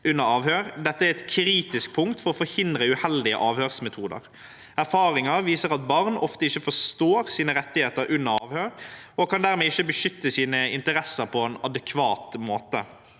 under avhør. Dette er et kritisk punkt for å forhindre uheldige avhørsmetoder. Erfaringer viser at barn ofte ikke forstår sine rettigheter under avhør, og at de dermed ikke kan beskytte sine interesser på en adekvat måte.